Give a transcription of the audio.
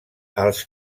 els